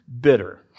bitter